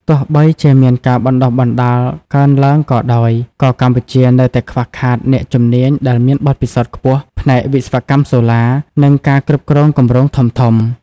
ទោះបីជាមានការបណ្តុះបណ្តាលកើនឡើងក៏ដោយ ក៏កម្ពុជានៅតែខ្វះខាតអ្នកជំនាញដែលមានបទពិសោធន៍ខ្ពស់ ផ្នែកវិស្វកម្មសូឡា និងការគ្រប់គ្រងគម្រោងធំៗ។